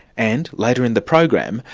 and later in the program,